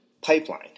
pipeline